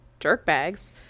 jerkbags